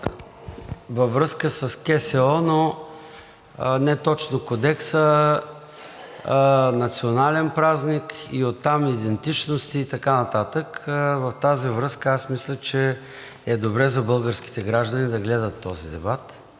във връзка с КСО, но не точно с Кодекса, а за национален празник и оттам идентичност и така нататък. В тази връзка аз мисля, че е добре за българските граждани да гледат този дебат